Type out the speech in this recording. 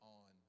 on